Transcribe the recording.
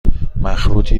مخروطی